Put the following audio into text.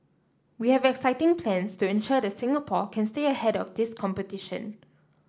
we have exciting plans to ensure that Singapore can stay ahead of this competition